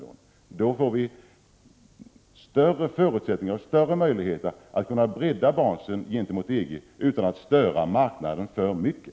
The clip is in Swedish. Vi får då större möjligheter att bredda basen gentemot EG utan att alltför mycket störa marknaden.